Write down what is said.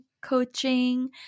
coaching